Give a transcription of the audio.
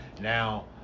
Now